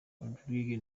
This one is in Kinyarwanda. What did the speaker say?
rodrigue